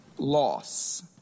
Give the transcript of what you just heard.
loss